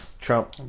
Trump